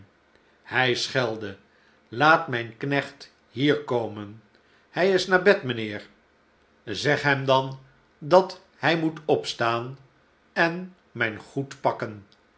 hy schelde laat mijn knecht hier komen hij is naar bed mijnheer diokens slechte tfy'dm slechte ti tden zeg hem dan dat hij moet opstaan en mijn goed pakken